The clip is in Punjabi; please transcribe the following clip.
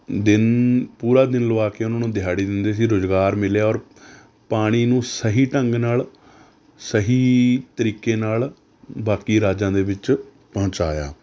ਦਿਨ ਪੂਰਾ ਦਿਨ ਲਵਾ ਕੇ ਉਹਨਾਂ ਨੂੰ ਦਿਹਾੜੀ ਦਿੰਦੇ ਸੀ ਰੁਜ਼ਗਾਰ ਮਿਲਿਆ ਔਰ ਪਾਣੀ ਨੂੰ ਸਹੀ ਢੰਗ ਨਾਲ ਸਹੀ ਤਰੀਕੇ ਨਾਲ ਬਾਕੀ ਰਾਜਾਂ ਦੇ ਵਿੱਚ ਪਹੁੰਚਾਇਆ